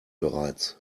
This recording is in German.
bereits